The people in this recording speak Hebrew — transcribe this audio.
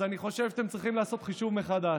אז אני חושב שאתם צריכים לעשות חישוב מחדש.